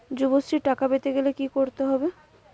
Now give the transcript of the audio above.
যুবশ্রীর টাকা পেতে গেলে কি করতে হবে?